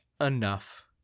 enough